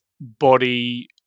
body